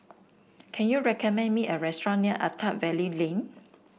can you recommend me a restaurant near Attap Valley Lane